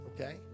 okay